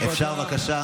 חבר הכנסת,